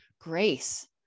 grace